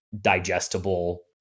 digestible